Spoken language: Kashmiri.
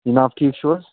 جِناب ٹھیٖک چھُو حظ